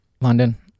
London